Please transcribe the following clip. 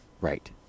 Right